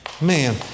Man